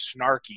snarky